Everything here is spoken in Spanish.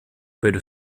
pero